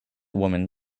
woman